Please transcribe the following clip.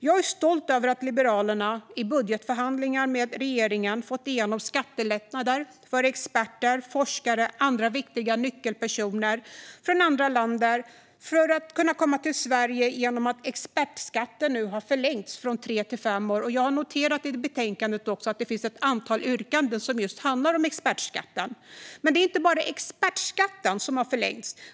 Jag är stolt över att Liberalerna i budgetförhandlingar med regeringen har fått igenom skattelättnader för experter, forskare och andra viktiga nyckelpersoner från andra länder för att de ska kunna komma till Sverige genom att expertskatten nu har förlängts från tre till fem år. Jag har också noterat att det i betänkandet finns ett antal yrkanden som handlar om just expertskatten. Men det är inte bara expertskatten som har förlängts.